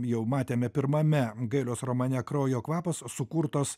jau matėme pirmame gailiaus romane kraujo kvapas sukurtos